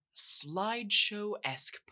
slideshow-esque